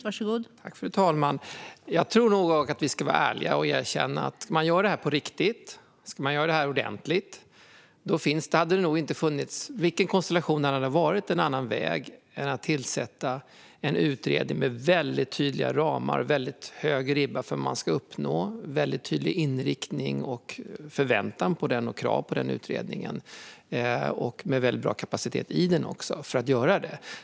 Fru talman! Jag tror nog att vi ska vara ärliga och erkänna att ska man göra detta på riktigt och ordentligt hade det inte funnits, vilken konstellation det än hade varit, en annan väg än att tillsätta en utredning med väldigt tydliga ramar. Det ska vara en väldigt hög ribba för vad man ska uppnå, en väldigt tydlig inriktning och en förväntan och ett krav på den utredningen. Det ska också finnas en väldigt bra kapacitet i den för att göra det.